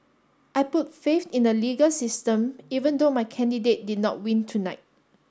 I put faith in the legal system even though my candidate did not win tonight